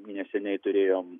neseniai turėjom